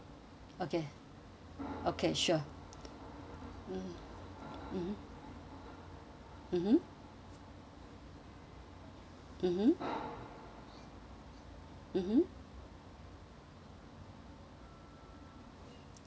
okay okay sure mmhmm mmhmm mmhmm mmhmm mmhmm